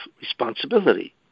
responsibility